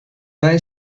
mij